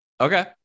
Okay